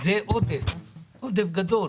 זה עודף, עודף גדול.